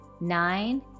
nine